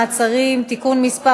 מעצרים) (תיקון מס'